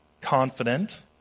confident